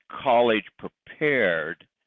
college-prepared